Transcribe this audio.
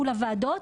מול הוועדות.